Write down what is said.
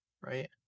Right